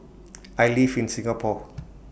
I live in Singapore